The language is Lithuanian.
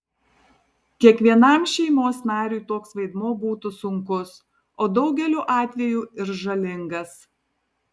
kiekvienam šeimos nariui toks vaidmuo būtų sunkus o daugeliu atvejų ir žalingas